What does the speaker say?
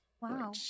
Wow